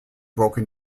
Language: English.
broken